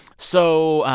so,